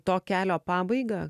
to kelio pabaigą